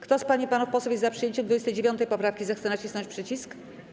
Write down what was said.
Kto z pań i panów posłów jest za przyjęciem 29. poprawki, zechce nacisnąć przycisk.